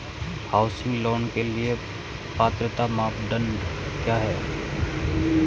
Housing loan के लिए पात्रता मानदंड क्या हैं?